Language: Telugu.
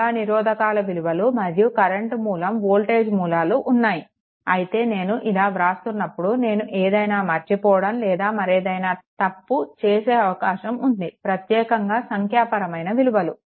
చాలా నిరోధకాల విలువలు మరియు కరెంట్ మూలం వోల్టేజ్ మూలాలు ఉన్నాయి అయితే నేను ఇలా వ్రాస్తున్నప్పుడు నేను ఏదైనా మర్చిపోవడం లేదా మరేదైనా తప్పు చేసే అవకాశం ఉంది ప్రత్యేకంగా సంఖ్య పరమైన విలువలు